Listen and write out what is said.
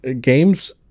games